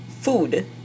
food